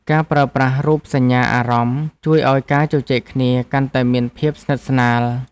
ការប្រើប្រាស់រូបសញ្ញាអារម្មណ៍ ជួយឱ្យការជជែកគ្នាកាន់តែមានភាពស្និទ្ធស្នាល។